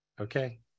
okay